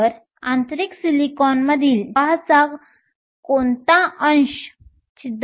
तर आंतरिक सिलिकॉनमधील प्रवाहाचा कोणता अंश छिद्रांद्वारे वाहून नेला जातो